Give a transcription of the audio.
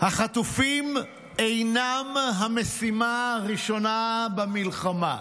החטופים אינם המשימה הראשונה במלחמה.